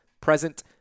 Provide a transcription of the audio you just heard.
present